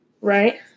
Right